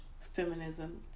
feminism